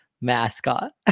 mascot